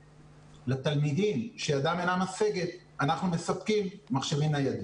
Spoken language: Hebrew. ולתלמידים שידם אינה משגת אנחנו מספקים מחשבים ניידים.